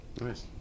Nice